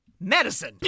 medicine